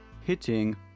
hitting